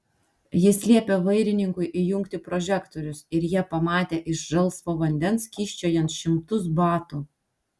jis liepė vairininkui įjungti prožektorius ir jie pamatė iš žalsvo vandens kyščiojant šimtus batų